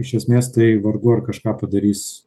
iš esmės tai vargu ar kažką padarys